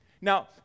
Now